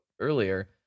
earlier